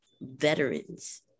veterans